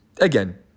again